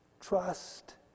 trust